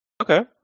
Okay